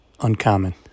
Uncommon